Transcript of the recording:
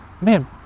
man